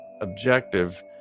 objective